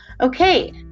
okay